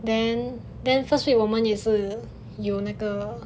then then first week 我们也是有那个